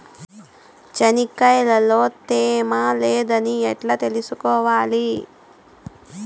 చెనక్కాయ లో తేమ లేదని ఎట్లా తెలుసుకోవాలి?